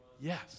Yes